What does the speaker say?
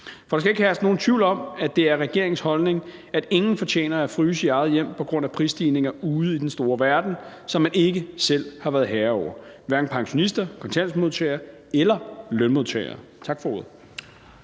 For der skal ikke herske nogen tvivl om, at det er regeringens holdning, at ingen fortjener at fryse i eget hjem på grund af prisstigninger ude i den store verden, som man ikke selv har været herre over – hverken pensionister, kontanthjælpsmodtagere eller lønmodtagere. Tak for ordet.